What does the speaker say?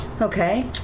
Okay